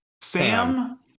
Sam